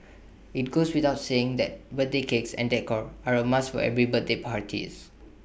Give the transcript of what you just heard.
IT goes without saying that birthday cakes and decor are A must for every birthday party